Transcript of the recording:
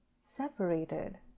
separated